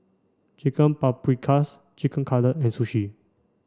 Chicken Paprikas Chicken Cutlet and Sushi